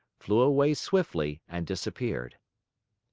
flew away swiftly and disappeared.